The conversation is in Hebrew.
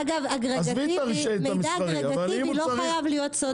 אגב מידע אגרגטיבי לא חייב להיות סוד מסחרי.